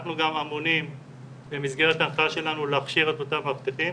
אנחנו גם אמונים במסגרת ההנחיה שלנו להכשיר את אותם מאבטחים,